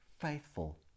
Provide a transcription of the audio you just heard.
faithful